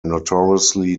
notoriously